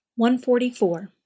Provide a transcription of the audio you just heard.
144